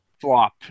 flop